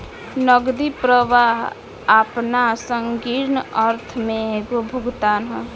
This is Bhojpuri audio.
नगदी प्रवाह आपना संकीर्ण अर्थ में एगो भुगतान ह